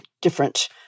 different